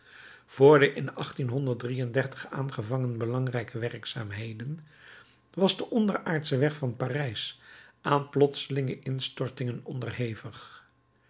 vr de in aangevangen belangrijke werkzaamheden was de onderaardsche weg van parijs aan plotselinge instortingen onderhevig